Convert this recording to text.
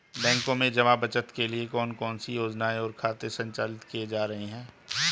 बैंकों में जमा बचत के लिए कौन कौन सी योजनाएं और खाते संचालित किए जा रहे हैं?